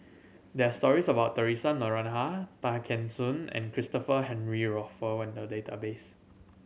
there are stories about Theresa Noronha Tay Kheng Soon and Christopher Henry in the database